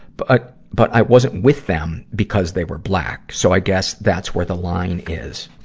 but but i wasn't with them because they were black, so i guess that's where the line is.